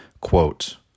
Quote